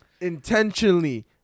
intentionally